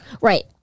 right